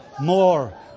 more